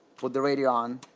put the radio on,